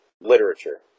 literature